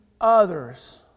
others